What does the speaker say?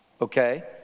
okay